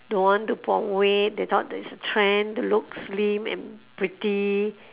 don't want to put on weight they thought that it's a trend to look slim and pretty